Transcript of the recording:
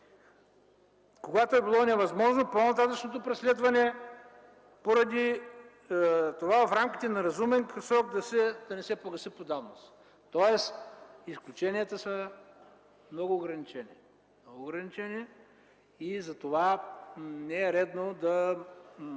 когато е било невъзможно по-нататъшното преследване поради това в рамките на разумен срок да не се погаси по давност. Тоест изключенията са много ограничени. Много ограничени